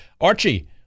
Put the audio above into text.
Archie